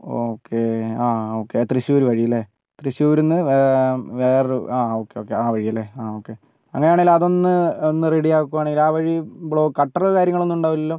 okay ആ okay Thrissur വഴി അല്ലേ തൃശ്ശൂരിൽ നിന്ന് വേറെ ഒരു ആ ഓക്കെ ഓക്കെ ആ വഴിയല്ലേ ആ ഓക്കെ അങ്ങനെ ആണെങ്കിൽ അത് ഒന്ന് ഒന്ന് റെഡി ആക്കുവാണെങ്കിൽ ആ വഴി ബ്ലോ ഗട്ടർ കാര്യങ്ങളൊന്നും ഉണ്ടാകില്ലല്ലോ